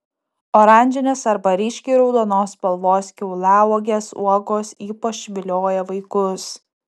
oranžinės arba ryškiai raudonos spalvos kiauliauogės uogos ypač vilioja vaikus